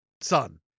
son